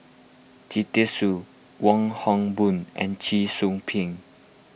Jita Singh Wong Hock Boon and Cheong Soo Pieng